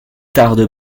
tarde